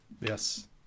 Yes